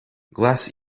glass